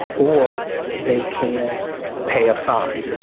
or they can pay a fine.